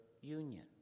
union